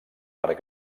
per